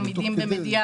עמידים במדיח,